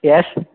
yes